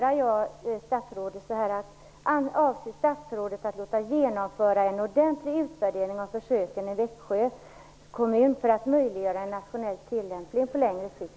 Avser statsrådet att låta genomföra en ordentlig utvärdering av försöken i Växjö kommun, för att möjliggöra en nationell tillämpning på längre sikt?